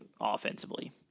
offensively